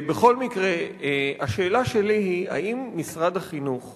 בכל מקרה, השאלה שלי היא, האם משרד החינוך